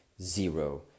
zero